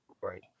Right